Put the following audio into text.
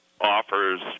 offers